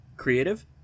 creative